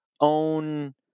own